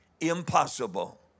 impossible